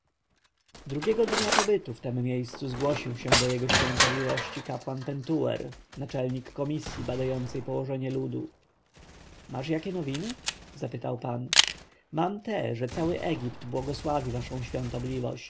drugiego dnia pobytu w tem miejscu zgłosił się do jego świątobliwości kapłan pentuer naczelnik komisji badającej położenie ludu masz jakie nowiny zapytał pan mam te że cały egipt błogosławi waszą świątobliwość